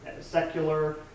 Secular